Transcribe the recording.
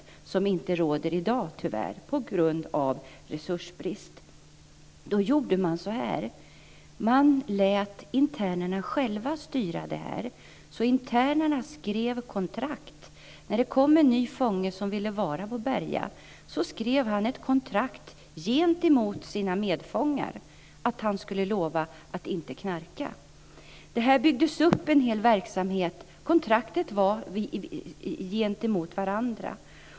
Tyvärr är det inte det i dag, på grund av resursbrist. Vad man gjorde var att man lät internerna själva styra det här. Internerna skrev kontrakt. När det kom en ny fånge som ville vara på Berga skrev han ett kontrakt gentemot sina medfångar där han lovade att inte knarka. Detta byggdes upp som en hel verksamhet. Kontraktet var alltså gentemot varandra.